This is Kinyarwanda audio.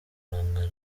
guhangana